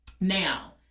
Now